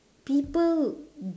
people